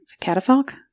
catafalque